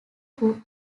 who